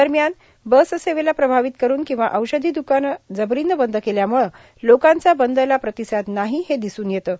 दरम्यान बस सेवेला प्रभावित करून किंवा औषधी द्रकानं जबरीनं बंद केल्याम्रळं लोकांचा बंद ला प्रतिसाद नाही हे दिसून येतं